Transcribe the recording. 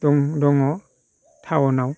दङ टाउनाव